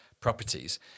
properties